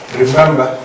remember